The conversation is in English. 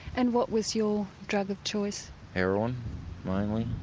and what was your drug of choice? heroin mainly,